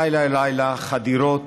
לילה-לילה חדירות,